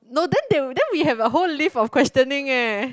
no then then we have whole list of questioning eh